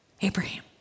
Abraham